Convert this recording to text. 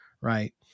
right